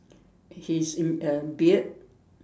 he's in a beard